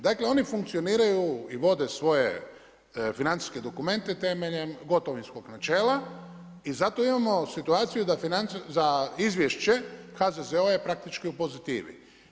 Dakle oni funkcioniraju i vode svoje financijske dokumente temeljem gotovinskog načela i zato imamo situaciju da izvješće HZZO-a je praktički u pozitivi.